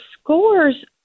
scores